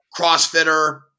Crossfitter